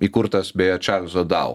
įkurtas beje čarlzo dau